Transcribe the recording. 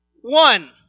one